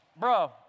bro